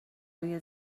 روی